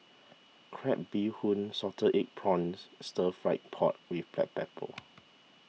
Crab Bee Hoon Salted Egg Prawns Stir Fry Pork with Black Pepper